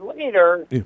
later